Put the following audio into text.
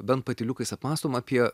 bent patyliukais apmąstom apie